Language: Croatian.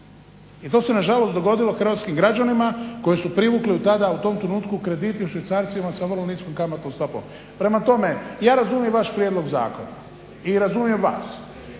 i to se nažalost dogodilo hrvatskim građanima koji su privukli tada u tom trenutku krediti u švicarcima sa vrlo niskom kamatnom stopom. Prema tome, ja razumijem vaš prijedlog zakona i razumijem vas,